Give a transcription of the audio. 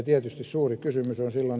tietysti suuri kysymys on silloin